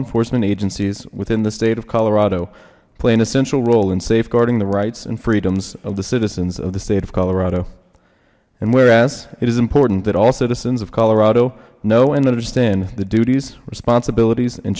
enforcement agencies within the state of colorado playing a central role in safeguarding the rights and freedoms of the citizens of the state of colorado and whereas it is important that all citizens of colorado know and understand the duties responsibilities and